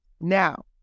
Now